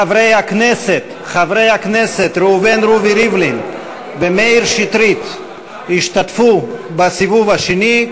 חברי הכנסת ראובן רובי ריבלין ומאיר שטרית ישתתפו בסיבוב השני.